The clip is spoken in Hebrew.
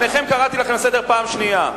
קראתי את שניכם לסדר בפעם השנייה.